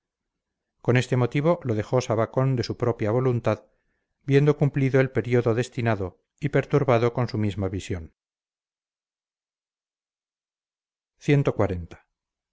con este motivo lo dejó sabacon de su propia voluntad viendo cumplido el período destinado y perturbado con su misma visión